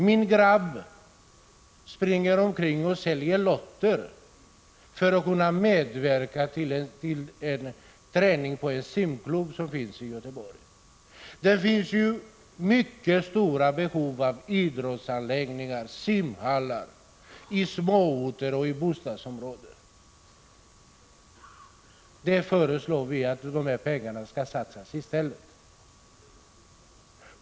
Min grabb springer omkring och säljer lotter för att medverka till att man skall kunna bedriva träning i en simklubb i Göteborg. Det finns mycket stora behov av idrottsanläggningar och simhallar på små orter och i olika bostadsområden. Vi föreslår att de pengar det gäller i stället skall satsas på detta.